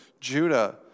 Judah